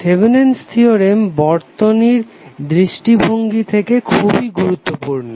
Thevenin's theorem Thevenin's theorem বর্তনীর দৃষ্টি ভঙ্গি থেকে খুবই গুরুত্বপূর্ণ